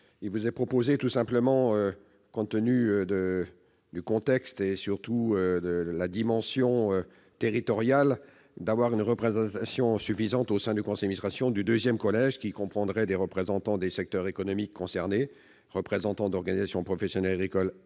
parole est à M. Daniel Gremillet. Compte tenu du contexte et surtout de la dimension territoriale, nous proposons de prévoir une représentation suffisante, au sein du conseil d'administration, du deuxième collège, qui comprendra « des représentants des secteurs économiques concernés, des représentants d'organisations professionnelles agricoles et